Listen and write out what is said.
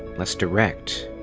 less direct.